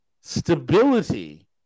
stability